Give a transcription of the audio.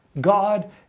God